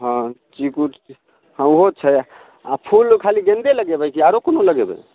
हँ चिकुट के हँ ओहो छै आ फूल खाली गेन्दे लगेबै कि आरो कोनो लगेबै